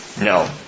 No